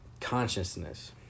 consciousness